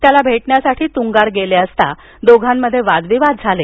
त्याला भेटण्यासाठी तुंगार गेले असता दोघांमध्ये वाद विवाद झाले